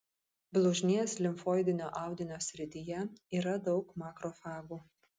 blužnies limfoidinio audinio srityje yra daug makrofagų